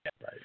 right